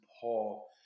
Paul